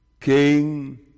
king